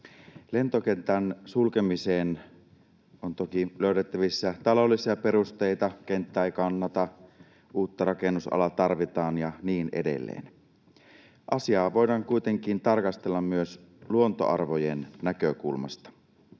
Lentokentän sulkemiseen on toki löydettävissä taloudellisia perusteita: kenttä ei kannata, uutta rakennusalaa tarvitaan ja niin edelleen. Asiaa voidaan kuitenkin tarkastella myös luontoarvojen näkökulmasta.